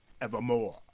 evermore